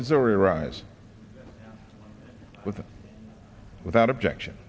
missouri rise with without objection